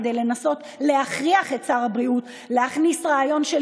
כדי לנסות להכריח את שר הבריאות להכניס רעיון של